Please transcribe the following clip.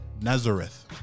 Nazareth